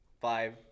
five